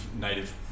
native